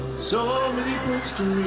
so many books to